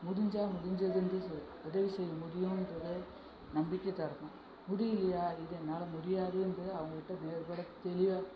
முடிஞ்சால் முடிஞ்சதென்று சொல் உதவி செய்ய முடியுன்றதை நம்பிக்கை தரணும் முடியலையா இது என்னால் முடியாதுன்றதை அவங்ககிட்ட விவரத் தெளிவாக